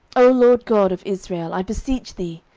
o lord god of israel, i beseech thee,